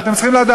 מה"טוטו",